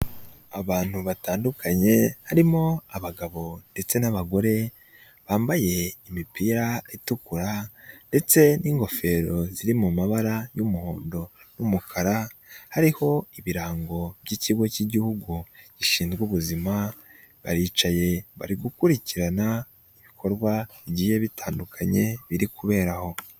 Abantu batandukanye harimo abagabo ndetse n'abagore bambaye imipira itukura ndetse n'ingofero ziri mu mabara y'umuhondo n'umukara hariho ibirango by'ikigo cy'igihugu gishinzwe ubuzima baricaye bari gukurikirana ibikorwa bigiye bitandukanye biri kubera aho.